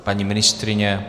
Paní ministryně?